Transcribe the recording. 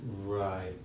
Right